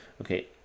Okay